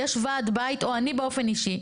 יש ועד בית או אני באופן אישי,